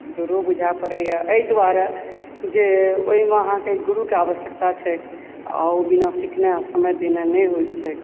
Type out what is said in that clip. दुरूह बुझाय पड़ैए एहि दुआरे जे ओहिमे अहाँके गुरुके आवश्यकता छैक आओर ओ बिना सिखने समय देने नहि होइत छैक